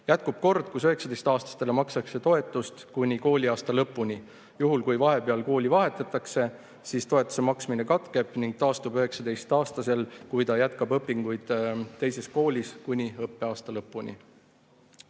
Jätkub kord, et 19‑aastasele makstakse toetust kuni kooliaasta lõpuni. Juhul, kui vahepeal kooli vahetatakse, toetuse maksmine katkeb. See taastub, kui 19‑aastane jätkab õpinguid teises koolis, kuni õppeaasta lõpuni."Eesti